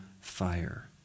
fire